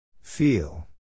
Feel